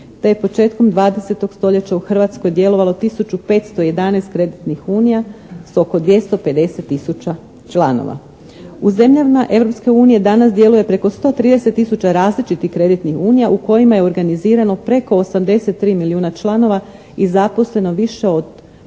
te je početkom 20. stoljeća u Hrvatskoj djelovalo 1511. kreditnih unija s oko 250 tisuća članova. U zemljama Europske unije danas djeluje preko 130 tisuća različitih kreditnih unija u kojima je organizirano preko 83 milijuna članova i zaposleno više od 2